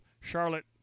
charlotte